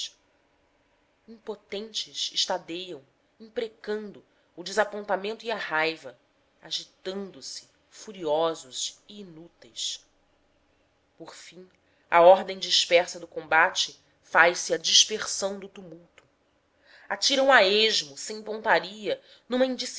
macambiras impotentes estadeiam imprecando o desapontamento e a raiva agitando-se furiosos e inúteis por fim a ordem dispersa do combate faz-se a dispersão do tumulto atiram a esmo sem pontarias numa